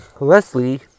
Leslie